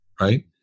right